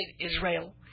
Israel